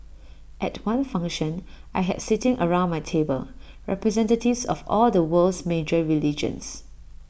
at one function I had sitting around my table representatives of all the world's major religions